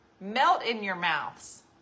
melt-in-your-mouths